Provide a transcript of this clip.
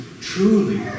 truly